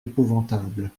épouvantable